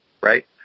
right